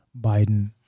Biden